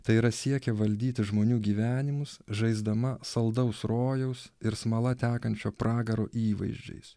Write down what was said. tai yra siekia valdyti žmonių gyvenimus žaisdama saldaus rojaus ir smala tekančio pragaro įvaizdžiais